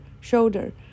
shoulder